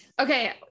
Okay